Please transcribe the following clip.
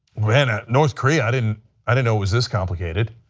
and north korea, i didn't i didn't know it was this complicated.